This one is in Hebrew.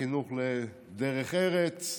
החינוך לדרך ארץ,